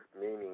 meaning